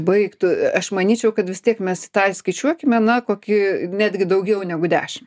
baigtų aš manyčiau kad vis tiek mes tą įskaičiuokime na kokį netgi daugiau negu dešimt